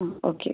ഉം ഓക്കെ